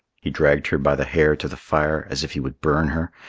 he dragged her by the hair to the fire, as if he would burn her,